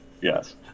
yes